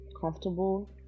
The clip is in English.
comfortable